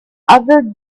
other